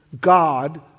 God